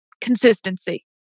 consistency